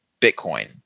Bitcoin